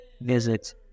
visit